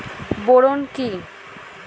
Boron কি?